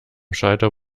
schalter